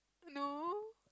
no